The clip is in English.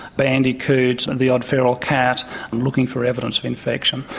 bandicoots and the odd feral cat and looking for evidence of infection.